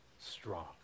strong